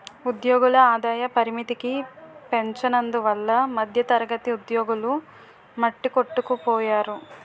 ఉద్యోగుల ఆదాయ పరిమితికి పెంచనందువల్ల మధ్యతరగతి ఉద్యోగులు మట్టికొట్టుకుపోయారు